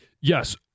yes